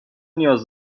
نیاز